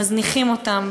מזניחים אותם,